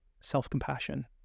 self-compassion